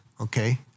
okay